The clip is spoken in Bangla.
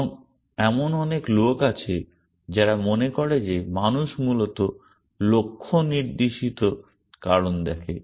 এবং এমন অনেক লোক আছে যারা মনে করে যে মানুষ মূলত লক্ষ্য নির্দেশিত কারণ দেখে